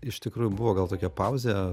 iš tikrųjų buvo gal tokia pauzė